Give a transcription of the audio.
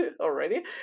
already